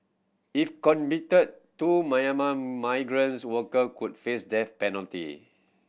if convicted two Myanmar migrants worker could face death penalty